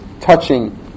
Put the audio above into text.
touching